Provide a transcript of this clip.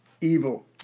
Evil